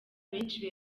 benshi